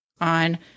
On